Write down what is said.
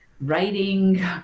writing